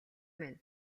минь